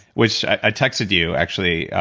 which i texted you, actually.